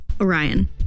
Orion